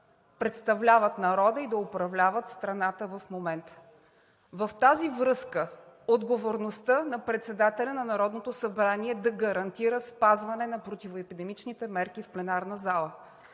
представляват народа и да управляват страната в момента. В тази връзка отговорността на председателя на Народното събрание е да гарантира спазване на противоепидемичните мерки в пленарната зала.